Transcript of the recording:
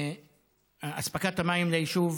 אספקת המים ליישוב